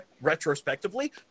retrospectively